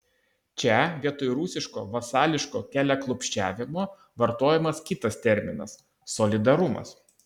čia vietoj rusiško vasališko keliaklupsčiavimo vartojamas kitas terminas solidarumas